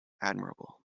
admirable